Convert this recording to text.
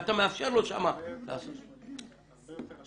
ואתה מאפשר לו שם לעשות --- הרבה יותר.